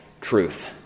truth